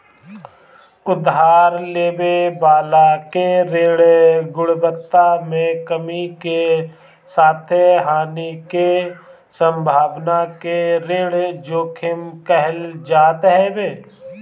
उधार लेवे वाला के ऋण गुणवत्ता में कमी के साथे हानि के संभावना के ऋण जोखिम कहल जात हवे